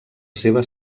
seva